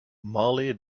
mollie